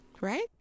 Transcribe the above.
right